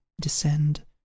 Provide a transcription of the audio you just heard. descend